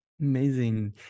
Amazing